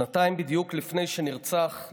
שנתיים בדיוק לפני שנרצח,